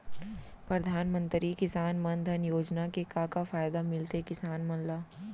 परधानमंतरी किसान मन धन योजना के का का फायदा मिलथे किसान मन ला?